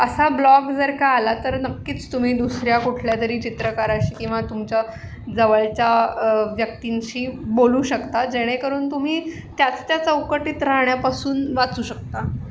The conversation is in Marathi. असा ब्लॉक जर का आला तर नक्कीच तुम्ही दुसऱ्या कुठल्या तरी चित्रकाराशी किंवा तुमच्या जवळच्या व्यक्तींशी बोलू शकता जेणेकरून तुम्ही त्याच त्या चौकटीत राहण्यापासून वाचू शकता